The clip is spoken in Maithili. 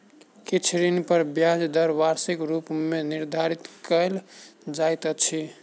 किछ ऋण पर ब्याज दर वार्षिक रूप मे निर्धारित कयल जाइत अछि